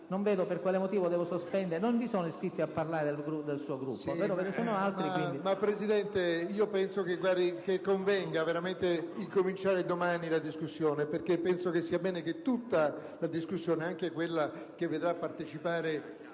non capisco per quale motivo devo sospendere. Non vi sono iscritti a parlare del suo Gruppo,